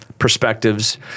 Perspectives